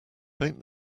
paint